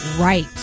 right